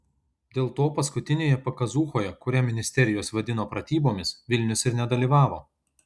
dėl to paskutinėje pakazūchoje kurią ministerijos vadino pratybomis vilnius ir nedalyvavo